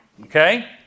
Okay